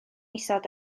isod